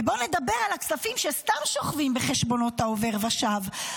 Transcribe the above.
ובוא נדבר על הכספים שסתם שוכבים בחשבונות העובר ושב,